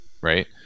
right